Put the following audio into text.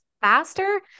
faster